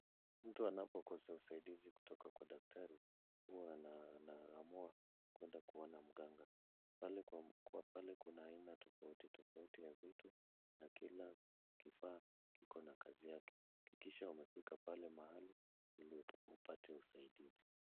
Mtu anapokosa usaidizi kutoka kwa daktari, huwa anaamua kuenda kuona mganga. Pale kuna aina tofauti tofauti ya vitu na kila kifaa kiko na kazi yake. Hakikisha umefika pale mahali ili upate usaidizi.